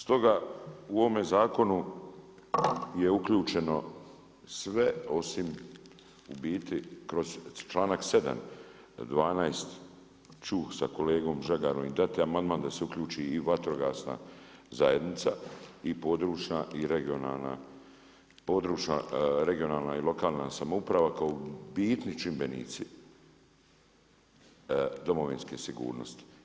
Stoga u ovome zakonu je uključeno sve osim u biti kroz članak 7. 12 ću sa kolegom Žagorom i dati amandman da se uključi i vatrogasna zajednica i područna i regionalna, područna, regionalna i lokalna samouprava kao bitni čimbenici domovinske sigurnosti.